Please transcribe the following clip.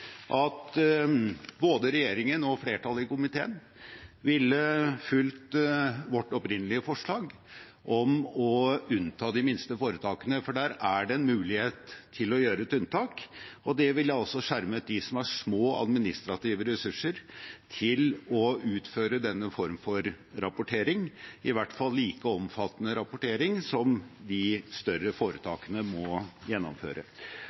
at både regjeringen og flertallet i komiteen ville fulgt vårt opprinnelige forslag om å unnta de minste foretakene, for der er det en mulighet til å gjøre et unntak. Det ville skjermet dem som har små administrative ressurser til å utføre denne formen for rapportering, i hvert fall en like omfattende rapportering som de større foretakene må gjennomføre.